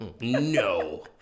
No